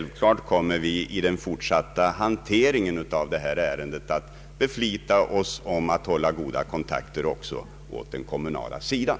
Vi kommer vid den fortsatta hanteringen av detta ärende självfallet att beflita oss om att hålla goda kontakter också med den kommunala sidan.